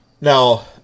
Now